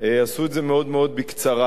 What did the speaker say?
עשו את זה מאוד מאוד בקצרה.